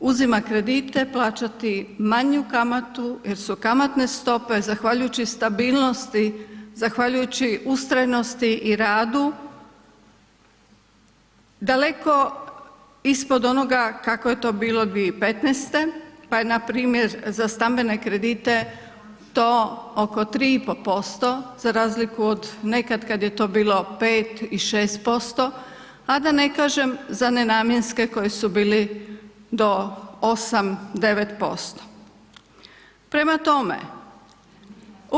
uzima kredite plaćati manju kamatu jer su kamatne stope zahvaljujući stabilnosti, zahvaljujući ustrajnosti i radu daleko ispod onoga kako je to bilo 2015., pa je npr. za stambene kredite to oko 3,5%, za razliku od nekad kad je to bilo 5 i 6%, a da ne kažem za nenamjenske koji su bili do 8-9%